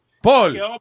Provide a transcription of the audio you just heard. Paul